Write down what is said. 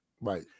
right